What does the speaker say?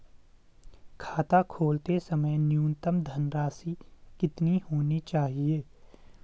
खाता खोलते समय न्यूनतम धनराशि कितनी होनी चाहिए?